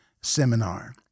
seminar